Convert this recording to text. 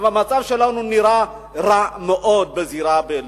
המצב שלנו נראה רע מאוד בזירה הבין-לאומית.